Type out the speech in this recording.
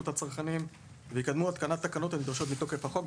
הצרכנים ויקדמו את התקנת התקנות הנדרשות מכוח החוק.